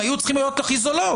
הן היו צריכות להיות הכי זולות.